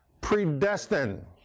Predestined